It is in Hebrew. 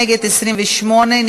מי נגד הסתייגות מס' 8?